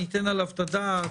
ניתן עליו את הדעת,